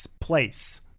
place